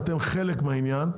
אתם חלק מהעניין.